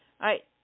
right